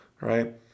right